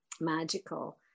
magical